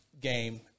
game